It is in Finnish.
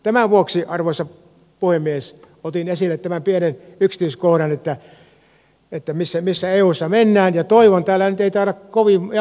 tämän vuoksi arvoisa puhemies otin esille tämän pienen yksityiskohdan missä eussa mennään ja toivon vaikka täällä nyt ei taida kovin monta